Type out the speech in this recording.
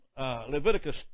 Leviticus